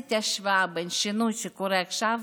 ועשיתי השוואה בין השינוי שקורה עכשיו